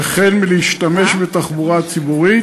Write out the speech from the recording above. וכן להשתמש בתחבורה ציבורית,